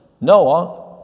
Noah